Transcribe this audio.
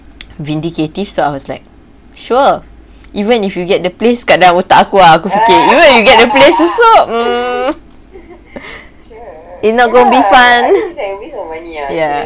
vindicative so I was like sure even if you get the place kat dalam otak aku ah aku fikir you want to get the place tutup mm it not gonna be fun ya